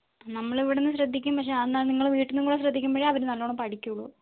നമ്മൾ ഇവിടെ നിന്ന് ശ്രദ്ധിക്കും പക്ഷെ അതെന്നാൽ നിങ്ങൾ വീട്ടിൽ നിന്നും കൂടി ശ്രദ്ധിക്കുമ്പോഴേ അവർ നല്ലോണം പഠിക്കൂള്ളൂ